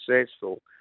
successful